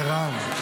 מירב.